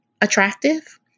attractive